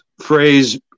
phrase